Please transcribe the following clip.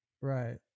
Right